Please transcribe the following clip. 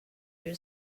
you